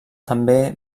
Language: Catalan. també